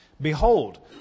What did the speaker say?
Behold